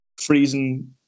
freezing